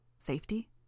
safety